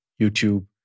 YouTube